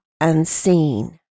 unseen